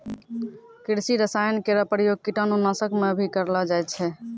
कृषि रसायन केरो प्रयोग कीटाणु नाशक म भी करलो जाय छै